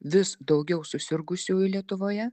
vis daugiau susirgusiųjų lietuvoje